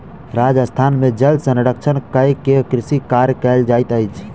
राजस्थान में जल संरक्षण कय के कृषि कार्य कयल जाइत अछि